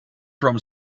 from